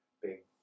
big